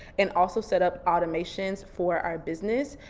and also set up automations for our business.